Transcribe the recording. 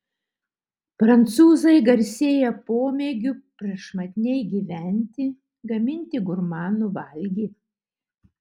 prancūzai garsėja pomėgiu prašmatniai gyventi gaminti gurmanų valgį